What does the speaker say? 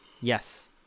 yes